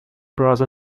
brother